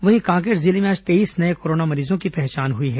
वहीं कांकेर जिले में आज तेईस नये कोरोना मरीजों की पहचान हुई है